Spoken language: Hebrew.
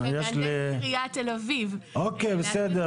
למהנדס עיריית תל אביב להגיד את דבריו.